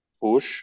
push